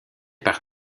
par